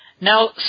Now